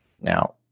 Now